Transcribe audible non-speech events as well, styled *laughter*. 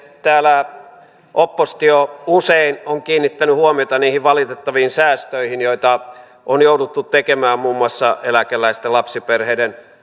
*unintelligible* täällä oppositio usein on kiinnittänyt huomiota niihin valitettaviin säästöihin joita on jouduttu tekemään muun muassa eläkeläisten lapsiperheiden